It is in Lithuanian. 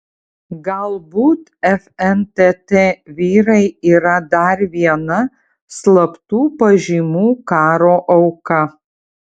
galbūt fntt vyrai yra dar viena slaptų pažymų karo auka